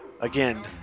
Again